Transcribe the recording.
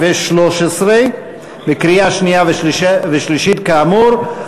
התשע"ג 2013, בקריאה שנייה ושלישית, כאמור.